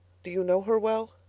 do you know her well?